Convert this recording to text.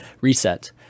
reset